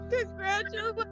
Congratulations